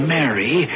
Mary